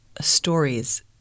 stories